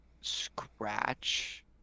scratch